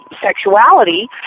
sexuality